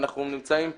ואנחנו נמצאים פה,